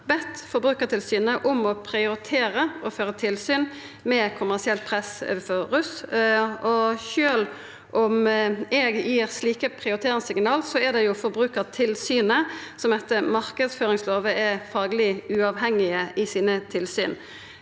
2024 bedt Forbrukartilsynet om å prioritera å føra tilsyn med kommersielt press overfor russ. Sjølv om eg gir slike prioriteringssignal, er det Forbrukartilsynet som etter marknadsføringslova er fagleg uavhengige i sine tilsyn.